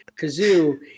kazoo